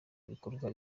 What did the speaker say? ibikorwa